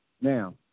Now